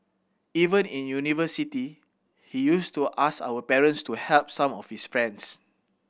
even in university he used to ask our parents to help some of his friends